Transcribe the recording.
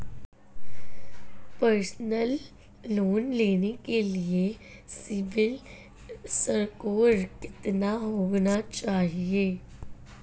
Personal loan लेने के लिए सिबिल स्कोर कितना होना चाहिए?